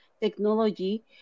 technology